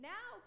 Now